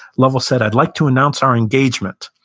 lovell said, i'd like to announce our engagement.